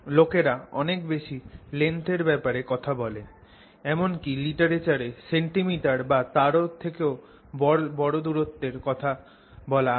লোকেরা অনেক বেশি লেংথের ব্যাপারে কথা বলে এমন কি লিটারেচারে সেনটিমিটার বা তার থেকেও বড় দূরত্বের কথা বলা আছে